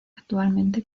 actualmente